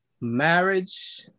marriage